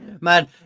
Man